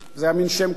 זה היה מין שם כולל,